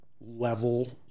level